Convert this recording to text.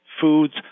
foods